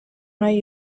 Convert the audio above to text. nahi